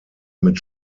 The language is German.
mit